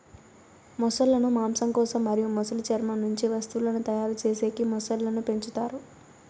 మొసళ్ళ ను మాంసం కోసం మరియు మొసలి చర్మం నుంచి వస్తువులను తయారు చేసేకి మొసళ్ళను పెంచుతారు